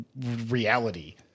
reality